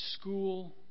school